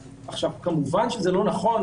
כמובן שזה לא נכון,